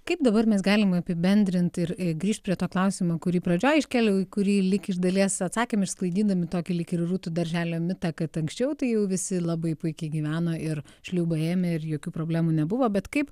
kaip dabar mes galim apibendrint ir grįšt prie to klausimo kurį pradžioj iškėliau į kurį lyg iš dalies atsakėm išsklaidydami tokį lyg ir rūtų darželio mitą kad anksčiau tai jau visi labai puikiai gyveno ir šliūbą ėmė ir jokių problemų nebuvo bet kaip